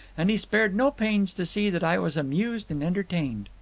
and he spared no pains to see that i was amused and entertained.